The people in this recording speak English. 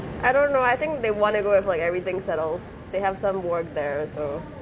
I don't know I think they want to go if like everything settles they have some work there so